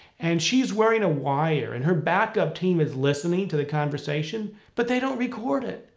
and she's wearing a wire, and her back up team is listening to the conversation. but they don't record it,